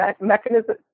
mechanism